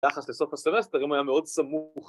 היחס לסוף הסרסטרים היה מאוד סמוך